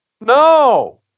No